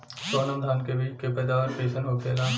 सोनम धान के बिज के पैदावार कइसन होखेला?